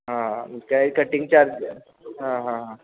हां काही cutting charge हां हां हां